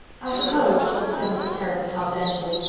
i suppose, said mrs. harrison confidentially,